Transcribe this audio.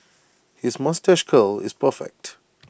his moustache curl is perfect